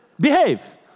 behave